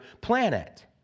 planet